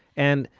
and,